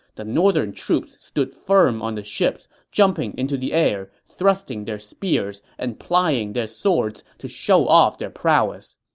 the northern troops stood firm on the ships, jumping into the air, thrusting their spears, and plying their swords to show off their prowess.